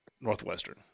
Northwestern